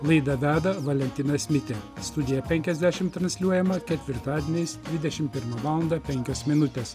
laidą veda valentinas mitė studija penkiasdešimt transliuojama ketvirtadieniais dvidešim pirmą valandą penkios minutės